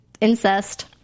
incest